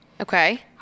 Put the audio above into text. Okay